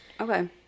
Okay